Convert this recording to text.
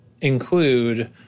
include